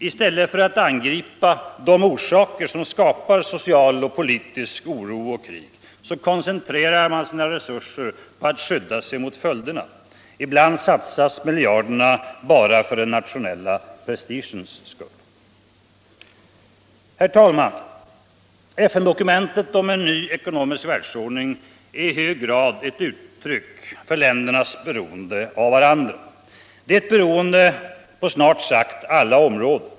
I stället för att angripa de orsaker som skapar social och politisk oro och krig koncentrerar man sina resurser på att skydda sig mot följderna. Ibland satsas miljarderna bara för den nationella prestigens skull. Herr talman! FN-dokumentet om en ny ekonomisk världsordning är i hög grad ett uttryck för ländernas beroende av varandra. Det är ett beroende på snart sagt alla områden.